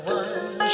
one